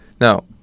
now